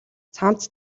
цамц